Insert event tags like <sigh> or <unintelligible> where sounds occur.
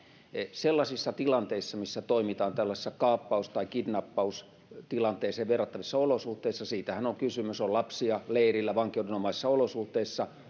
sellaisissa tilanteissa missä toimitaan tällaisissa kaappaus tai kidnappaustilanteeseen verrattavissa olosuhteissa siitähän on kysymys on lapsia leirillä vankeudenomaisissa olosuhteissa <unintelligible>